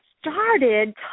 started